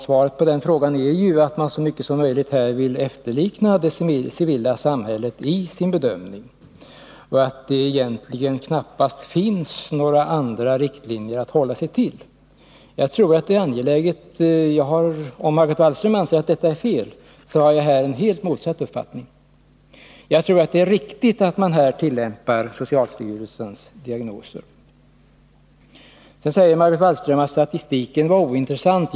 Svaret på den frågan är att man så långt som möjligt vill efterlikna det civila samhället i sin bedömning och att det egentligen knappast finns några andra riktlinjer att hålla sig till. Om Margot Wallström anser att detta är fel, så har jag en helt motsatt uppfattning. Jag tror att det är riktigt att man tillämpar socialstyrelsens diagnoser. Vidare säger Margot Wallström att statistik är ointressant.